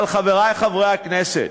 אבל, חברי חברי הכנסת,